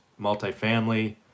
multifamily